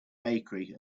bakery